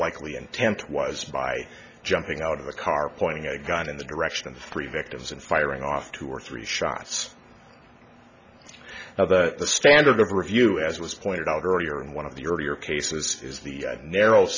likely intent was by jumping out of the car pointing a gun in the direction of three victims and firing off two or three shots now that the standard of review as was pointed out earlier in one of the earlier cases is the narrow